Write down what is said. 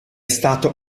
stato